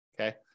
okay